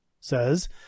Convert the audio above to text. says